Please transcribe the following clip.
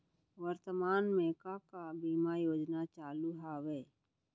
वर्तमान में का का बीमा योजना चालू हवये